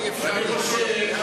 אני חושב,